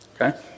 okay